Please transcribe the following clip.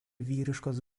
vyriškos